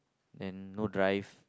then no drive